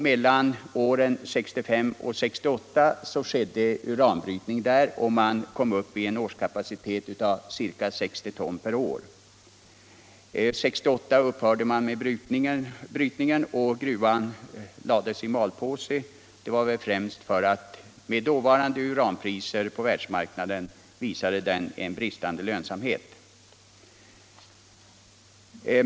Mellan åren 1965 och 1968 bröt man uran, och man kom upp i en kapacitet av ca 60 ton per år. 1968 upphörde man med brytningen och gruvan lades ”i malpåse” — kanske främst för att den med dåvarande uranpriser på världsmarknaden visade bristande lönsamhet.